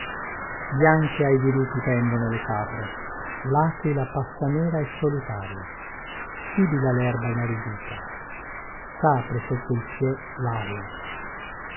bianche ai dirupi pendono le capre laquila passa nera e solitaria sibila lerba inaridita sapre sotto il piè laria